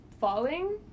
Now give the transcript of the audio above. falling